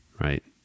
right